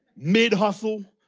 mid hustle,